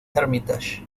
hermitage